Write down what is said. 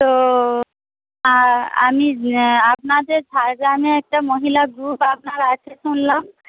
তো আমি আপনাদের ঝাড়গ্রামে একটা মহিলা গ্রুপ আপনার আছে শুনলাম